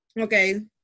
Okay